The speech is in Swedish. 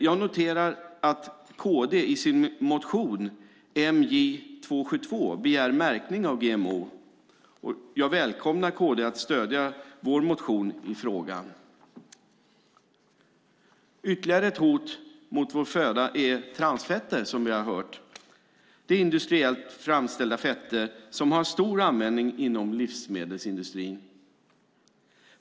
Jag noterar att KD i sin motion MJ272 begär märkning av GMO. Jag välkomnar KD att stödja vår motion i frågan. Ytterligare ett hot mot vår föda är transfetter, som vi har hört. Det är industriellt framställda fetter som har stor användning inom livsmedelsindustrin.